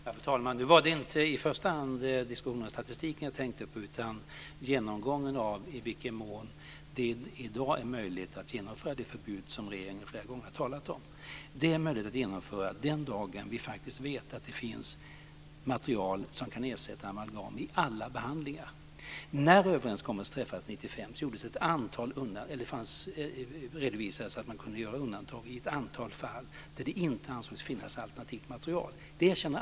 Fru talman! Nu var det inte i första hand diskussionen om statistiken jag tänkte på utan genomgången av i vilken mån det i dag är möjligt att genomföra det förbud som regeringen flera gånger har talat om. Det är möjligt att genomföra den dagen vi faktiskt vet att det finns material som kan ersätta amalgam vid alla behandlingar. När överenskommelsen träffades 1995 redovisades undantag i ett antal fall där det inte ansågs finnas alternativt material.